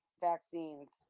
vaccines